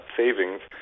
savings